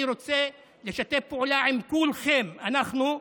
אני רוצה לשתף פעולה עם כולכם, אנחנו,